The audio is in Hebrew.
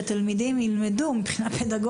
פדגוגית שהתלמידים ילמדו עם מורה כזה.